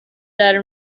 dare